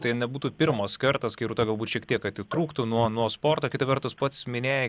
tai nebūtų pirmas kartas kai rūta galbūt šiek tiek atitrūktų nuo nuo sporto kita vertus pats minėjai